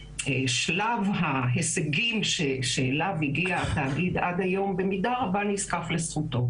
ושלב ההישגים שאליו הגיע התאגיד עד היום נזקף במידה רבה לזכותו.